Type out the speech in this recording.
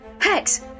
Hex